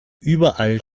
überall